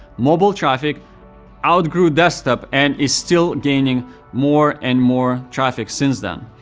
mobile traffic outgrew desktop and is still gaining more and more traffic since then?